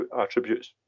attributes